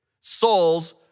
souls